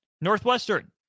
Northwestern